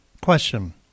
Question